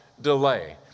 delay